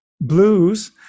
blues